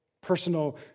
personal